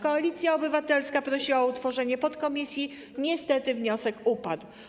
Koalicja Obywatelska prosiła o utworzenie podkomisji, niestety wniosek upadł.